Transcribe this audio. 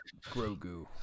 Grogu